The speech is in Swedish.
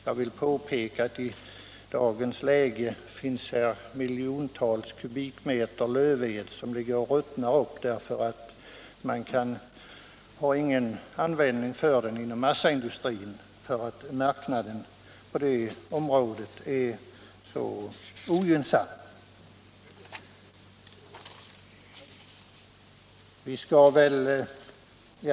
Jag vill påpeka att i dagens läge miljontals kubikmeter lövved ligger och ruttnar bort; man har ingen användning för den inom massaindustrin, eftersom marknaden på det området är så ogynnsam.